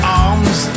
arms